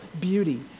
beauty